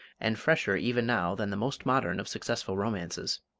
and fresher, even now, than the most modern of successful romances.